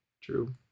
True